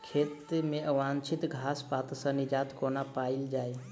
खेत मे अवांछित घास पात सऽ निजात कोना पाइल जाइ?